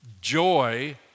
Joy